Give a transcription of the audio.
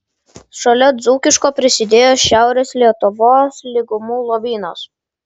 šalia dzūkiško prisidėjo šiaurės lietuvos lygumų lobynas